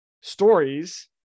stories